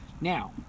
now